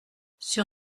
sur